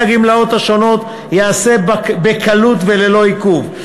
הגמלאות השונות ייעשה בקלות וללא עיכוב.